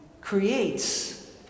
creates